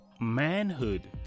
manhood